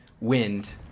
wind